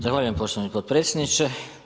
Zahvaljujem poštovani potpredsjedniče.